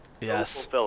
yes